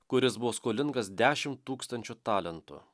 kuris buvo skolingas dešimt tūkstančių talentų